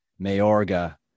mayorga